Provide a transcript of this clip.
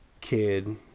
kid